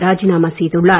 ராஜிநாமா செய்துள்ளார்